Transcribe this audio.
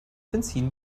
benzin